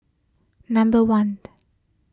number one